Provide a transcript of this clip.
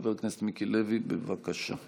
חבר הכנסת מיקי לוי, בבקשה.